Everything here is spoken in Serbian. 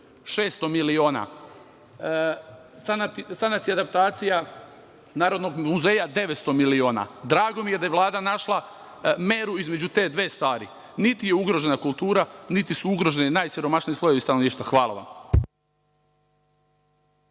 600 miliona, sanacija i adaptacija Narodnog muzeja – 900 miliona. Drago mi je da je Vlada našla meru između te dve stvari. Niti je ugrožena kultura, niti su ugroženi najsiromašniji slojevi stanovništva. Hvala vam.